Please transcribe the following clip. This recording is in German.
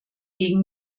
gegen